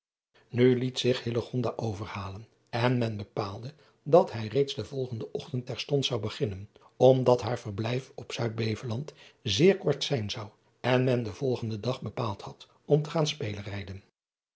u liet zich overhalen en men bepaalde dat hij reeds den volgenden ochtend terstond zou beginnen omdat haar verblijf op uidbeveland zeer kort zijn zou en men den volgenden dag bepaald had om te gaan